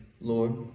Lord